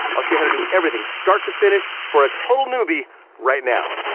i'll show you how to do everything start to finish for a total newbie right now.